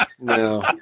no